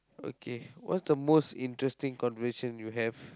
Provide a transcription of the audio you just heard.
okay what's the most interesting conversation you have